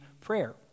prayer